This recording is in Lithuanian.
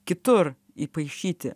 kitur įpaišyti